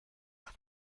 have